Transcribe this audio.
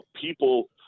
people